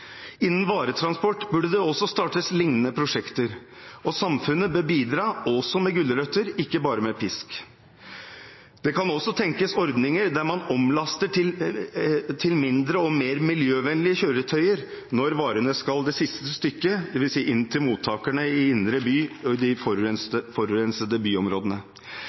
varetransport burde det også startes liknende prosjekter, og samfunnet bør bidra også med gulrøtter – ikke bare med pisk. Man kan også tenke seg ordninger der man omlaster til mindre og mer miljøvennlige kjøretøy når varene skal fraktes det siste stykket, dvs. inn til mottakerne i den indre delen av byen, som er de forurensede byområdene.